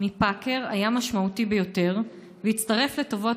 מפאקר היה משמעותי ביותר והצטרף לטובות